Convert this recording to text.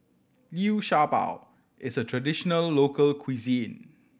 Liu Sha Bao is a traditional local cuisine